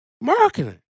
Marketing